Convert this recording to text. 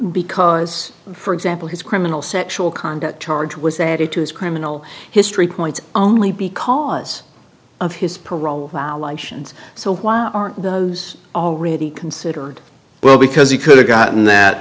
because for example his criminal sexual conduct charge was added to his criminal history points only because of his parole violations so why aren't those already considered well because he could have gotten that